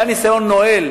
היה ניסיון נואל,